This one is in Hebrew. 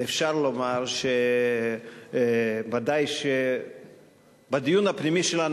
אפשר לומר שבוודאי שבדיון הפנימי שלנו